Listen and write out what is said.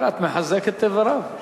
את מחזקת את דבריו.